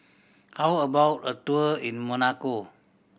how about a tour in Monaco